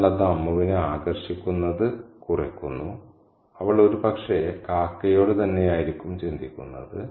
അതിനാൽ അത് അമ്മുവിനെ ആകർഷിക്കുന്നത് കുറയ്ക്കുന്നു അവൾ ഒരുപക്ഷേ കാക്കയോട് തന്നെയായിരിക്കും ചിന്തിക്കുന്നത്